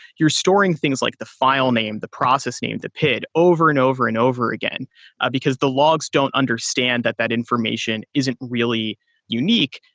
your storing things like the file name, the process name, the pid over and over and over again ah because the logs don't understand that that information isn't really unique.